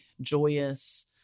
joyous